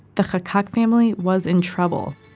the chakak family was in trouble.